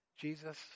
Jesus